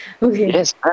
yes